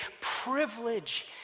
privilege